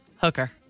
Hooker